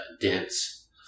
dense